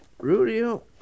Rudio